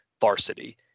varsity